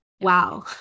Wow